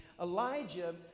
Elijah